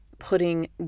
Putting